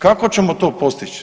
Kako ćemo to postići?